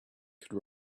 could